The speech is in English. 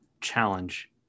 challenge